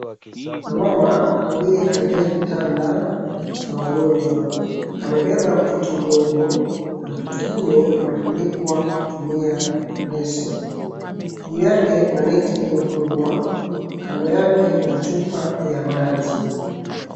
Kuna mama aliyekalia kitanda cha wagonjwa, amebeba mtoto mdogo na mtoto huyo amefunikwa kutumia leso. Juu yake kuna neti iliofungwa. Kando yake kuna chupa ya maji.